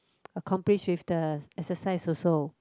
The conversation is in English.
accomplish with the exercise also